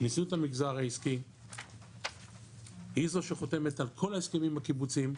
נשיאות המגזר העסקי היא זו שחותמת על כל ההסכמים הקיבוציים,